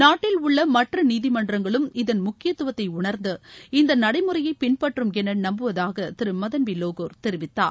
நாட்டில் உள்ள மற்ற நீதிமன்றங்களும் இதன் முக்கியத்துவத்தை உணா்ந்து இந்த நடைமுறையை பின்பற்றம் என நம்புவதாக திரு மதன் பி லோகூர் தெரிவித்தார்